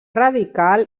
radical